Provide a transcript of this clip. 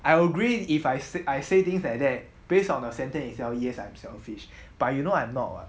I agree if I said I say things like that based on the sentence itself yes I'm selfish but you know I am not [what]